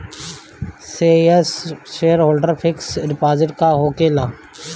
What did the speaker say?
Shareholder fix deposit का होखे ला?